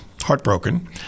heartbroken